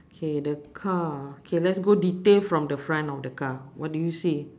K the car K let's go detail from the front of the car what do you see